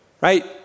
right